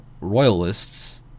Royalists